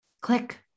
click